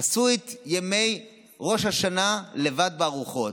עשו את ימי ראש השנה לבד בארוחות.